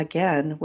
Again